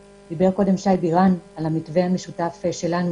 שי בירן דיבר קודם על המתווה המשותף שלנו,